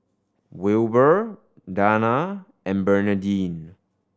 Wilber Danna and Bernadine